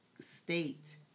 state